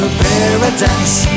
paradise